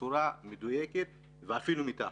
בצורה מדויקת ואפילו מתחת.